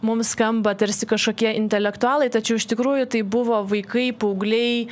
mums skamba tarsi kažkokie intelektualai tačiau iš tikrųjų tai buvo vaikai paaugliai